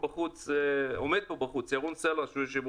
נמצא כאן בחוץ ירון סלע שהוא יו"ר